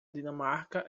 dinamarca